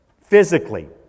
physically